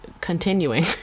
continuing